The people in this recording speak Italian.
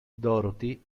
dorothy